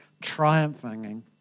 triumphing